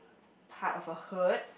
part of a hurt